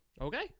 okay